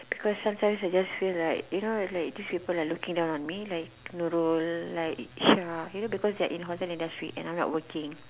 because sometimes I just feel like this people are looking down on me you know like Nurul and Syah you know just because I'm not working